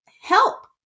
help